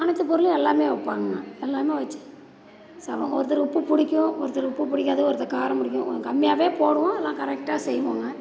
அனைத்து பொருளும் எல்லாமே வைப்பாங்க எல்லாம் வச்சு சிலர் ஒருத்தருக்கு உப்பு பிடிக்கும் ஒருத்தர் உப்பு பிடிக்காது ஒருத்தர் காரம் பிடிக்கும் கொஞ்சம் கம்மியாவே போடுவோம் எல்லாம் கரெக்டாக செய்வோங்க